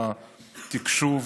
בתקשוב,